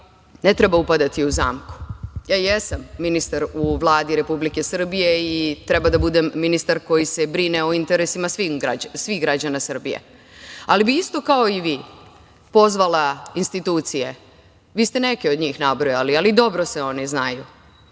ne treba upadati u zamku. Ja jesam ministar u Vladi Republike Srbije i treba da budem ministar koji se brine o interesima svih građana Srbije, ali bih isto kao i vi pozvala institucije, vi ste neke od njih nabrojali, ali dobro svi oni znaju